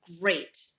great